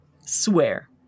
Swear